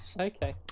okay